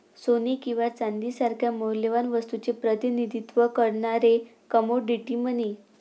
सोने किंवा चांदी सारख्या मौल्यवान वस्तूचे प्रतिनिधित्व करणारे कमोडिटी मनी